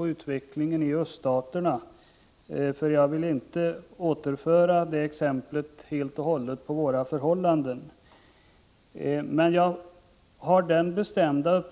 utvecklingen i öststaterna, eftersom jag inte ville helt och hållet koppla ihop det exemplet med våra förhållanden.